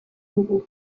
dugu